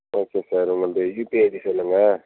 okay sir உங்களது UPI ID சொல்லுங்கள்